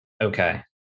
Okay